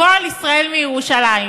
קול ישראל מירושלים.